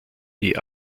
die